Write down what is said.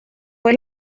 fue